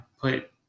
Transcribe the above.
put